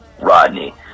Rodney